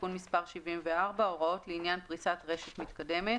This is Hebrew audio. (תיקון מס' 74) (הוראות לעניין פריסת רשת מתקדמת),